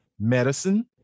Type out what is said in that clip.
medicine